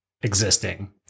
existing